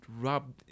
Rubbed